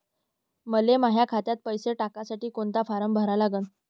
मले माह्या खात्यात पैसे टाकासाठी कोंता फारम भरा लागन?